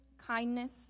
kindness